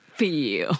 feel